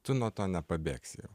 tu nuo to nepabėgsi jau